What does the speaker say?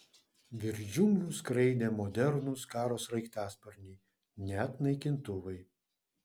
virš džiunglių skraidė modernūs karo sraigtasparniai net naikintuvai